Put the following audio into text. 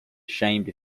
ashamed